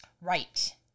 right